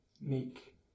make